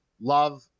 Love